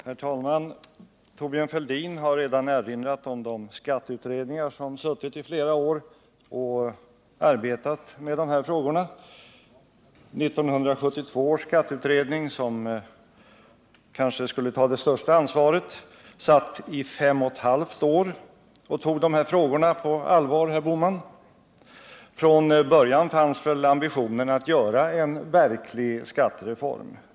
Herr talman! Thorbjörn Fälldin har redan erinrat om de skatteutredningar som suttit i flera år och arbetat med dessa frågor. 1972 års skatteutredning, som kanske skulle ta det största ansvaret, satt i 5 1/2 år — och tog dessa frågor på allvar, herr Bohman. Från början fanns väl ambitionen att göra en verklig skattereform.